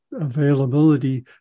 availability